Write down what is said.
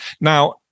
Now